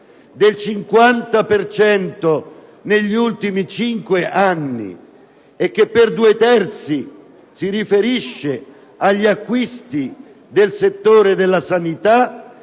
cento negli ultimi cinque anni, e per due terzi si riferisce agli acquisti del settore della sanità,